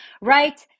right